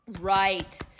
right